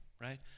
right